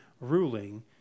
ruling